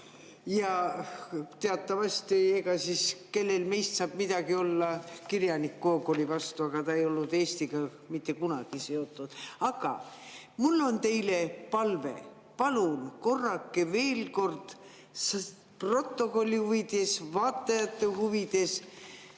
Teatavasti, kellel meist saab midagi olla kirjanik Gogoli vastu, aga ta ei olnud Eestiga mitte kunagi seotud. Aga mul on teile palve. Palun korrake veel kord protokolli huvides, vaatajate huvides